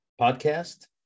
podcast